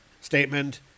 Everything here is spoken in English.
Statement